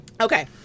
Okay